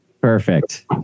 Perfect